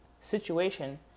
situation